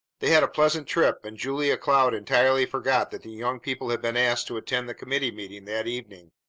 they had a pleasant trip, and julia cloud entirely forgot that the young people had been asked to attend the committee meeting that evening.